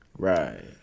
Right